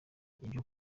ibyo